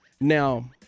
Now